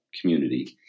community